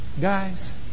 Guys